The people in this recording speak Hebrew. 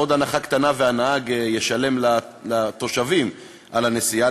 עוד הנחה קטנה והנהג ישלם לתושבים על הנסיעה,